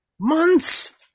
months